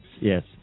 Yes